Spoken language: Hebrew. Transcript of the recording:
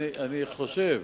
אני חושב